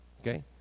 Okay